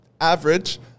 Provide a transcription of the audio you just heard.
average